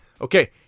Okay